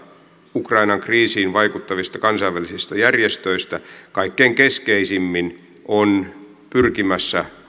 ukrainan kriisiin vaikuttavista kansainvälisistä järjestöistä kaikkein keskeisimmin on pyrkimässä